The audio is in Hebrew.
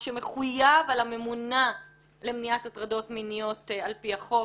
מה שמחויב על הממונה למניעת הטרדות מיניות על פי החוק,